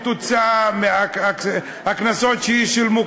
מהקנסות שישולמו,